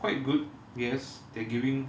quite good guess they're giving